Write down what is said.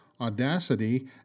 Audacity